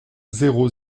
zéro